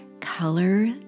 Color